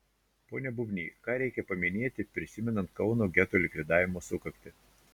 pone bubny ką reikia paminėti prisimenant kauno geto likvidavimo sukaktį